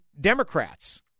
Democrats